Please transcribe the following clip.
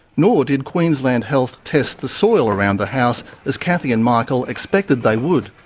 nor did queensland health test the soil around the house as cathy and michael expected they would.